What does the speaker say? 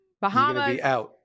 Bahamas